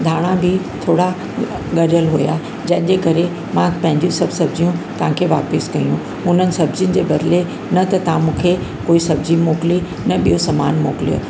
धाणा बि थोरा गरियल हुआ जंहिंजे करे मां पंहिंजियूं सभु सब्जियुं तव्हांखे वापसि कयूं हुननि सब्जियुनि जे बदिले न त तव्हां मूंखे कोई सब्जी मोकली न ॿियो समान मोकिलियो